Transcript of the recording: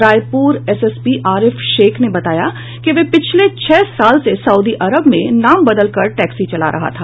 Raipur SSP Arif Sheikh ने बताया कि वह पिछले छह साल से साउदी अरब में नाम बदल कर टैक्सी चला रहा था